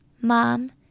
Mom